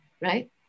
right